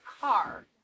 car